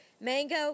Mango